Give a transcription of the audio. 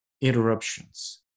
interruptions